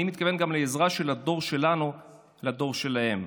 אני מתכוון גם לעזרה של הדור שלנו לדור שלהם.